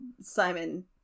Simon